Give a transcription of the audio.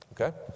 Okay